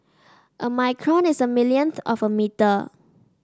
a micron is a millionth of a metre